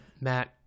Matt